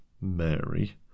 Mary